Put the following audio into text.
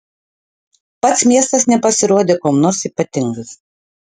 pats miestas nepasirodė kuom nors ypatingas